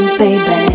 baby